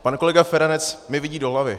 Pan kolega Feranec mi vidí do hlavy.